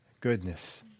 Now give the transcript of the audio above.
goodness